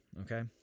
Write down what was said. okay